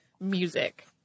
Music